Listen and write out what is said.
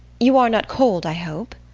you are not cold, i hope.